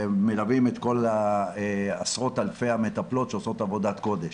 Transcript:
ומלווים את כל עשרות אלפי המטפלות שעושות עבודת קודש,